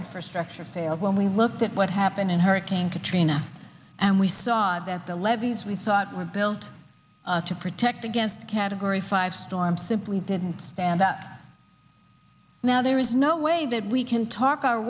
infrastructure fails when we looked at what happened in hurricane katrina and we saw that the levees we thought were built to protect against category five storm simply didn't stand up now there is no way that we can talk our